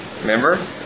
Remember